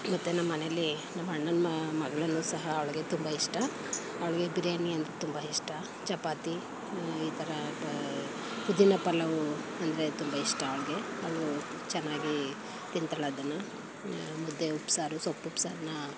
ಮತ್ತು ನಮ್ಮನೆಯಲ್ಲಿ ನಮ್ಮಣ್ಣನ ಮಗಳನ್ನೂ ಸಹ ಅವ್ಳಿಗೆ ತುಂಬ ಇಷ್ಟ ಅವಳಿಗೆ ಬಿರಿಯಾನಿ ಅಂದರೆ ತುಂಬ ಇಷ್ಟ ಚಪಾತಿ ಈ ಥರ ಪುದೀನ ಪಲಾವು ಅಂದರೆ ತುಂಬ ಇಷ್ಟ ಅವ್ಳಿಗೆ ಅವಳು ಚೆನ್ನಾಗಿ ತಿಂತಾಳೆ ಅದನ್ನು ಮುದ್ದೆ ಉಪ್ಸಾರು ಸೊಪ್ಪು ಉಪ್ಸಾರನ್ನ